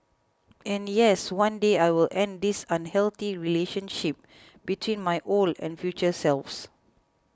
and yes one day I will end this unhealthy relationship between my old and future selves